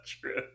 true